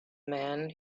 man